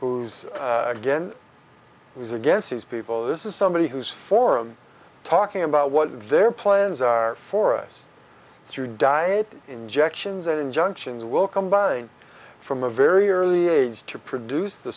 who's again who's against these people this is somebody who's forum talking about what their plans are for us through diet injections that injunctions will combine from a very early age to produce the